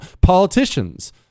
Politicians